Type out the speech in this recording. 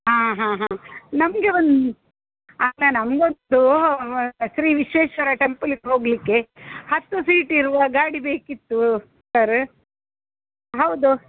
ಹಾಂ ಹಾಂ ಹಾಂ ನಮಗೆ ಒಂದು ಅಲ್ಲ ನಮಗೊಂದು ಶ್ರೀ ವಿಶ್ವೇಶ್ವರ ಟೆಂಪಲಿಗೆ ಹೋಗಲಿಕ್ಕೆ ಹತ್ತು ಸೀಟಿರುವ ಗಾಡಿ ಬೇಕಿತ್ತು ಸರ ಹೌದು